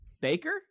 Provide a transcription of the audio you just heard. baker